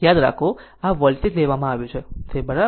યાદ રાખો આ વોલ્ટેજ લેવામાં આવ્યું છે તે બરાબર છે